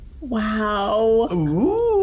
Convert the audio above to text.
Wow